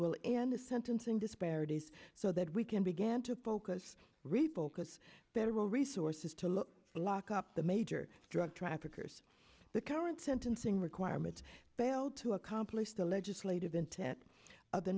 will end the sentencing disparities so that we can began to focus rebuild because federal resources to look for lock up the major drug traffickers the current sentencing requirements failed to accomplish the legislative intent of the